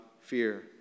fear